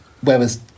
Whereas